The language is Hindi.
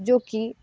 जो कि